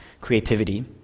creativity